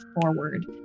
forward